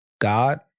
God